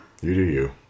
You-do-you